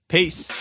Peace